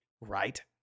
right